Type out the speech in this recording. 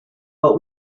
but